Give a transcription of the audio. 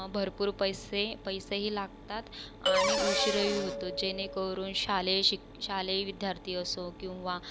भरपूर पैसे पैसेही लागतात आणि उशिरही होतो जेणेकरून शालेय शिक शालेय विद्यार्थी असो किंवा